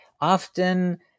often